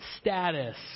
status